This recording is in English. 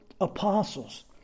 apostles